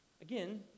Again